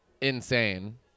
insane